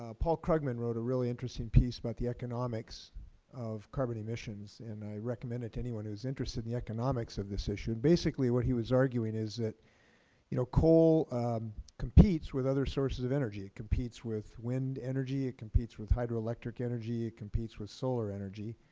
ah paul krugman wrote a really interesting piece about the economics of carbon emissions, and i recommend it to anyone who is interested in the economics of this issue. basically, what he was arguing is that you know coal competes with other sources of energy. it competes with wind energy, it competes with hydroelectric energy, it competes with solar energy.